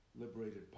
Liberated